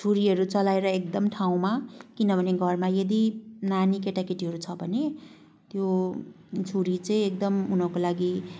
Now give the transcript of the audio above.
छुरीहरू चलाएर एकदम ठाउँमा किनभने घरमा यदि नानी केटाकेटीहरू छ भने त्यो छुरी चाहिँ एकदम उनीहरूको लागि